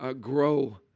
grow